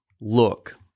look